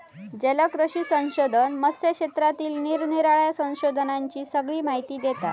जलकृषी संशोधन मत्स्य क्षेत्रातील निरानिराळ्या संशोधनांची सगळी माहिती देता